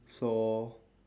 so